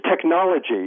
technology